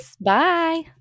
Bye